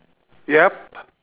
yup